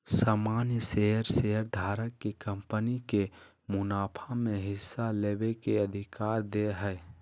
सामान्य शेयर शेयरधारक के कंपनी के मुनाफा में हिस्सा लेबे के अधिकार दे हय